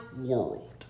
world